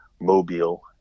Mobile